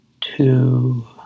two